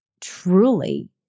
truly